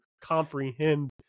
comprehend